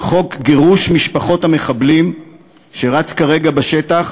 חוק גירוש משפחות המחבלים שרץ כרגע בשטח